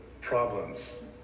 problems